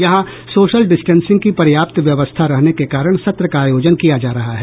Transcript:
यहां social distancing की पर्याप्त व्यवस्था रहने के कारण सत्र का आयोजन किया जा रहा है